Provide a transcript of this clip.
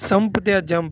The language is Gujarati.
સંપ ત્યા જંપ